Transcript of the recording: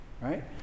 right